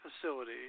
facility